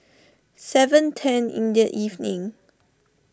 seven ten in the evening